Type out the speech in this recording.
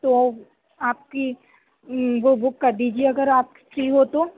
تو آپ کی وہ بک کر دیجیے اگر آپ فری ہو تو